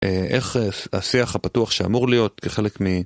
איך השיח הפתוח שאמור להיות כחלק מ...